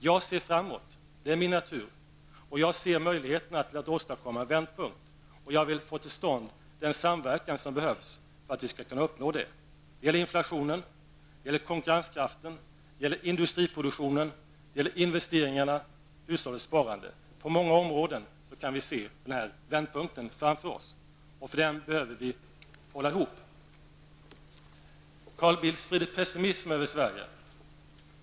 Jag ser framåt, det är min natur, och jag ser möjligheterna att åstadkomma en vändpunkt. Jag vill få till stånd den samverkan som behövs för att vi skall uppnå detta. Det gäller inflationen, det gäller konkurrenskraften, det gäller industriproduktionen, det gäller investeringarna och det gäller hushållens sparande. På många områden kan vi se vändpunkten framför oss, men för att nå den behöver vi hålla ihop. Carl Bildt sprider pessimism över Sverige.